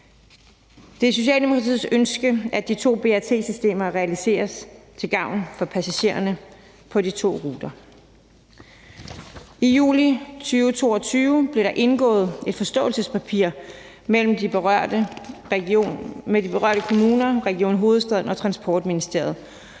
Det er Socialdemokratiets ønske, at de to BRT-systemer realiseres til gavn for passagererne på de to ruter. I juli 2022 blev der indgået et forståelsespapir mellem de berørte kommuner, Region Hovedstaden og Transportministeriet,